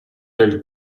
del